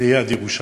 ליד ירושלים.